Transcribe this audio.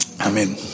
Amen